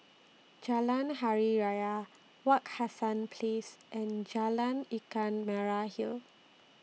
Jalan Hari Raya Wak Hassan Place and Jalan Ikan Merah Hill